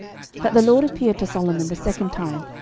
that the lord appeared to solomon the second time,